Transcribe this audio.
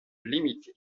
limitée